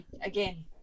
again